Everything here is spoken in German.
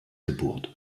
geburt